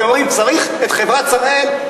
אתם אומרים: צריך את חברת "שראל",